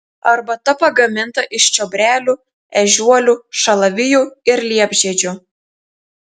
arbata pagaminta iš čiobrelių ežiuolių šalavijų ir liepžiedžių